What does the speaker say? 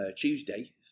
Tuesday